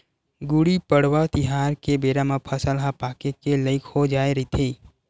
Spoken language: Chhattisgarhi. गुड़ी पड़वा तिहार के बेरा म फसल ह पाके के लइक हो जाए रहिथे